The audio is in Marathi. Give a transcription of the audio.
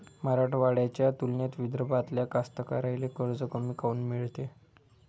मराठवाड्याच्या तुलनेत विदर्भातल्या कास्तकाराइले कर्ज कमी काऊन मिळते?